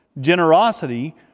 generosity